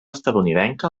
estatunidenca